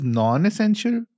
non-essential